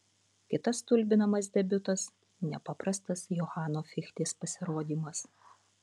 kitas stulbinamas debiutas nepaprastas johano fichtės pasirodymas